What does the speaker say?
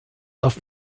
auf